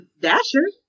Dasher